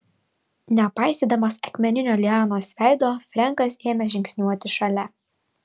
nepaisydamas akmeninio lianos veido frenkas ėmė žingsniuoti šalia